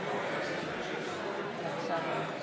אינו נוכח זאב אלקין, אינו נוכח דוד אמסלם,